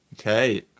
Okay